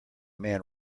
man